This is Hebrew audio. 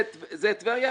זה טבריה.